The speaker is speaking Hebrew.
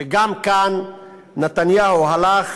וגם דן חלוץ, הרמטכ"ל, הלך.